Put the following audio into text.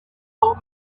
old